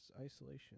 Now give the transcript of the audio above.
isolation